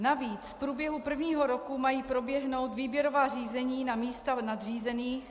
Navíc v průběhu prvního roku mají proběhnout výběrová řízení na místa nadřízených.